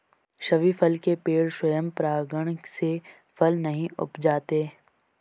सभी फल के पेड़ स्वयं परागण से फल नहीं उपजाते